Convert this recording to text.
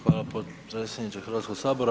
Hvala potpredsjedniče Hrvatskog sabora.